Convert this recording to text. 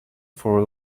for